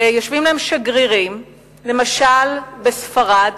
למשל בספרד,